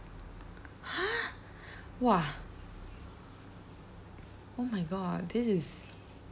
!huh! !wah! oh my god this is